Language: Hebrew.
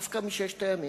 דווקא מששת הימים?